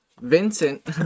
Vincent